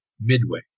Midway